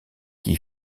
qui